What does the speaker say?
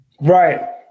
Right